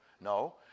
no